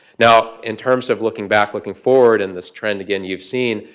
now in terms of looking back, looking forward, and this trend, again, you've seen,